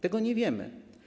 Tego nie wiemy.